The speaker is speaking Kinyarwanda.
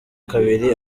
kabiri